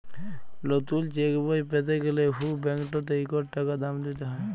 লতুল চ্যাকবই প্যাতে গ্যালে হুঁ ব্যাংকটতে ইকট টাকা দাম দিতে হ্যয়